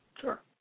Sure